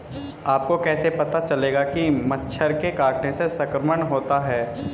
आपको कैसे पता चलेगा कि मच्छर के काटने से संक्रमण होता है?